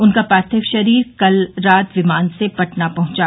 उनका पार्थिव शरीर कल रात विमान से पटना पहुंचा